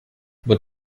but